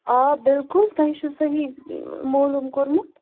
آ بلکُل تۄہے چھُوصحیح مولوٗم کوٚرمُت